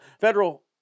Federal